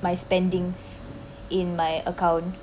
my spendings in my account